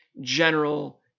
general